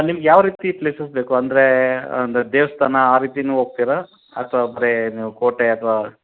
ನಿಮ್ಗೆ ಯಾವ ರೀತಿ ಪ್ಲೇಸಸ್ ಬೇಕು ಅಂದರೆ ಒಂದು ದೇವಸ್ಥಾನ ಆ ರೀತಿನು ಹೋಗ್ತಿರಾ ಅಥ್ವಾ ಬರೇ ನೀವು ಕೋಟೆ ಅಥ್ವಾ